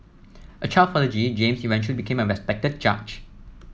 a child prodigy James eventually became a respected judge